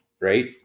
right